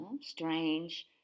strange